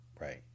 right